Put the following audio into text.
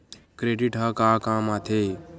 Credit ह का काम आथे?